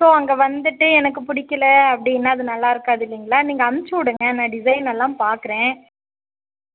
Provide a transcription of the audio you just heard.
so அங்கே வந்துவிட்டு எனக்கு பிடிக்கல அப்படின்னா அது நல்லாருக்காது இல்லைங்ளா நீங்கள் அமிச்சி விடுங்க நான் டிசைன் எல்லா பார்க்கறேன்